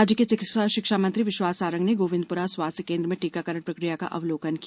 राज्य के चिकित्सा शिक्षा मंत्री विश्वास सारंग ने गोविंदपुरा स्वास्थ्य केन्द्र में टीकाकरण प्रकिया का अवलोकन किया